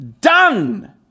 done